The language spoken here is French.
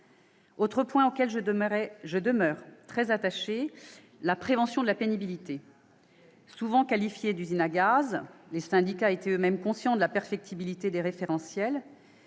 autre point auquel je demeure très attentive : la prévention de la pénibilité. Le dispositif a été souvent qualifié d'« usine à gaz », et les syndicats étaient eux-mêmes conscients de la perfectibilité des référentiels.